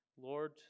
Lord